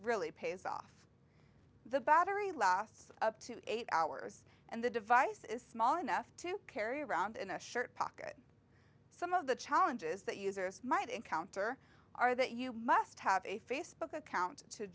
really pays off the battery lasts up to eight hours and the device is small enough to carry around in a shirt pocket some of the challenges that users might encounter are that you must have a facebook account to